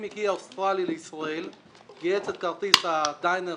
אם מגיע אוסטרלי לישראל יהיה את הכרטיס הדיינרס,